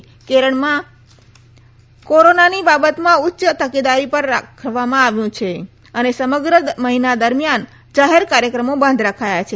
દેશમાં કેરળને કોરોનાની બાબતમાં ઉચ્ય તકેદારી પર રાખવામાં આવ્યું છે અને સમગ્ર મહિના દરમિયાન જાહેર કાર્યક્રમો બંધ રખાયા છે